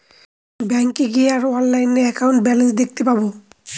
ব্যাঙ্কে গিয়ে আর অনলাইনে একাউন্টের ব্যালান্স দেখতে পাবো